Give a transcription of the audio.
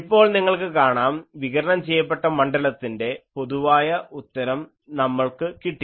ഇപ്പോൾ നിങ്ങൾക്ക് കാണാം വികിരണം ചെയ്യപ്പെട്ട മണ്ഡലത്തിൻ്റെ പൊതുവായ ഉത്തരം നമ്മൾക്ക് കിട്ടി